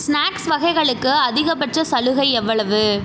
snacks வகைகளுக்கு அதிகபட்ச சலுகை எவ்வளவு